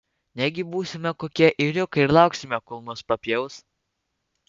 negi būsime kokie ėriukai ir lauksime kol mus papjaus